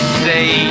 say